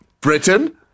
Britain